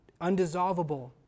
undissolvable